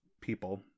people